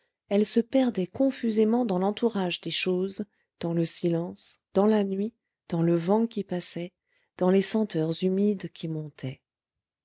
elle se perdait confusément dans l'entourage des choses dans le silence dans la nuit dans le vent qui passait dans les senteurs humides qui montaient